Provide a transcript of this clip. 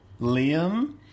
Liam